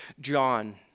John